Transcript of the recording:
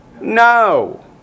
No